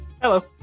Hello